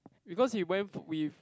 because he went with